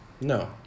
no